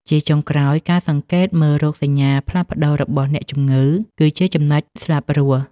ជាចុងក្រោយ ការសង្កេតមើលរោគសញ្ញាផ្លាស់ប្តូររបស់អ្នកជំងឺគឺជាចំណុចស្លាប់រស់។